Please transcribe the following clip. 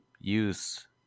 use